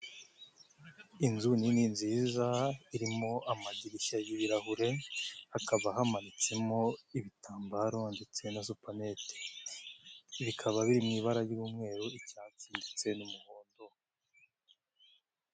Inzu nini nziza, irimo amadirishya y'ibirahure, hakaba hamanitsemo ibitambaro ndetse na supanete, bikaba biri mu ibara ry'umweru, icyatsi ndetse n'umuhondo.